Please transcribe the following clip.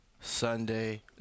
Sunday